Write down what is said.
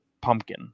pumpkin